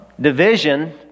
Division